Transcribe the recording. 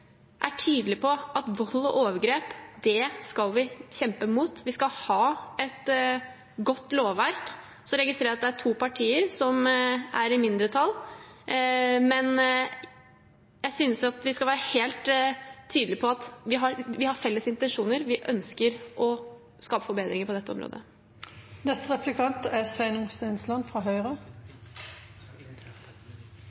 er tydelig på at vold og overgrep skal vi kjempe mot. Vi skal ha et godt lovverk. Så registrerer jeg at det er to partier som er i mindretall, men jeg synes at vi skal være helt tydelig på at vi har felles intensjoner. Vi ønsker å skape forbedringer på dette området. Replikkordskiftet er